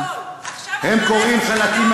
עצמם כגרמנים.